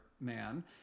man